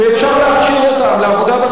ובבניין ובסיעוד,